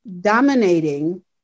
dominating